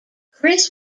chris